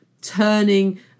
turning